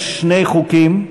יש שני חוקים,